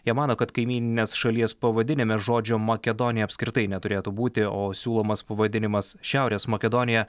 jie mano kad kaimyninės šalies pavadinime žodžio makedonija apskritai neturėtų būti o siūlomas pavadinimas šiaurės makedonija